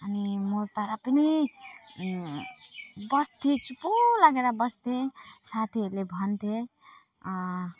अनि म तर पनि बस्थेँ चुप लागेर बस्थेँ साथीहरूले भन्थे